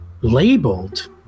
labeled